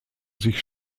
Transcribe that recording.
sich